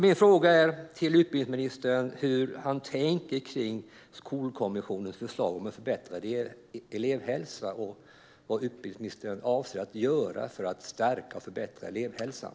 Min fråga till utbildningsministern är hur han tänker kring Skolkommissionens förslag om en förbättrad elevhälsa och vad utbildningsministern avser att göra för att stärka och förbättra elevhälsan.